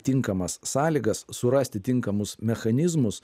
tinkamas sąlygas surasti tinkamus mechanizmus